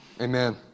Amen